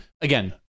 again